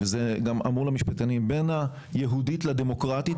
וזה גם אמור למשפטנים, בין היהודית לדמוקרטית.